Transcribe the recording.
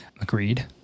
Agreed